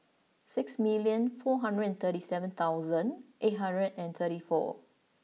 six million four hundred and thirty seven thousand eight hundred and thirty four